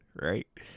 Right